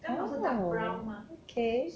oh okay